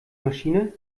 maschine